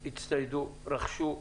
הצטיידו, רכשו,